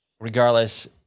regardless